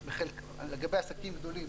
לגבי עסקים גדולים,